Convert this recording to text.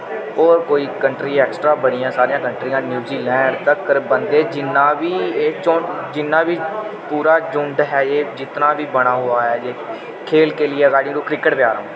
होर कोई country extra बड़ियां सरियां कंन्ट्रियां न न्यूज़ीलैण्ड तकर बंदे जिन्ना बी एह् जिन्ना बी पूरा झुण्ड है यह जितना बी बना हुआ है यह खेल के लिये अकॉर्डिंग टू क्रिकेट पे आ रहा हूं